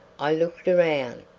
i looked round,